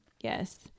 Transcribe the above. Yes